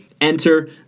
Enter